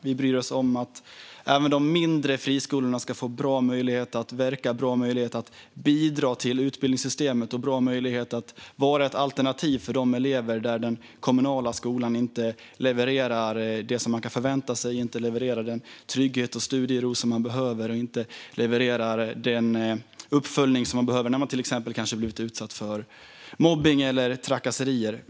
Vi bryr oss om att även de mindre friskolorna ska få bra möjligheter att verka, bidra till utbildningssystemet och vara ett alternativ för de elever för vilka den kommunala skolan inte levererar det man kan förvänta sig, den trygghet och studiero man behöver eller den uppföljning man behöver när man till exempel har blivit utsatt för mobbning eller trakasserier.